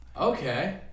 Okay